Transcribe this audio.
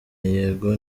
yego